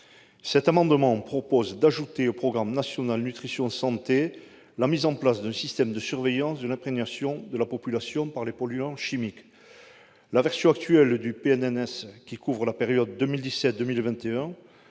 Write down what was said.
Cet amendement vise à ajouter au programme national nutrition santé, le PNNS, la mise en place d'un système de surveillance de l'imprégnation de la population par les polluants chimiques. La version actuelle du PNNS, qui couvre la période 2017-2021,